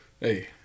hey